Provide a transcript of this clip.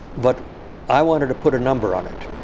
but i wanted to put a number on it.